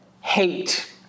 hate